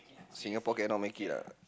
Singapore cannot make it ah